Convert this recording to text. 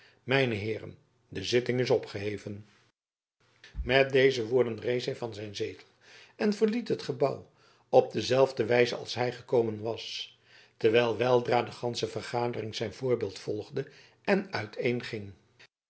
mijne heeren de zitting is opgeheven met deze woorden rees hij van zijn zetel en verliet het gebouw op dezelfde wijze als hij gekomen was terwijl weldra de gansche vergadering zijn voorbeeld volgde en